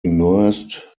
immersed